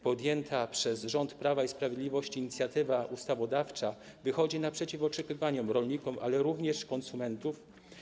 Podjęta przez rząd Prawa i Sprawiedliwości inicjatywa ustawodawcza wychodzi naprzeciw oczekiwaniom rolników, ale również konsumentów.